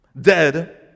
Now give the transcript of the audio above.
dead